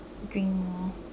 drink more